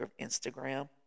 Instagram